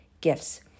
gifts